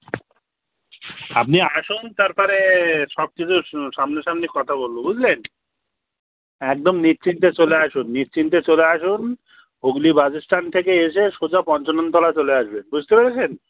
আপনি আসুন তারপরে সব কিছু সো সামনাসামনি কথা বলব বুঝলেন একদম নিশ্চিন্তে চলে আসুন নিশ্চিন্তে চলে আসুন হুগলি বাস স্ট্যান্ড থেকে এসে সোজা পঞ্চাননতলা চলে আসবেন বুঝতে পেরেছেন